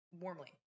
warmly